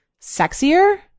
sexier